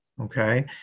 okay